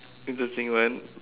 interesting one